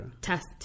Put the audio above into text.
test